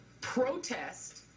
protest